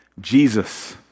Jesus